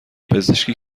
پزشکی